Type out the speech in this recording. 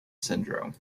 syndrome